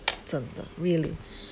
真的 really